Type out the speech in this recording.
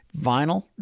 Vinyl